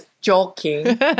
joking